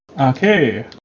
Okay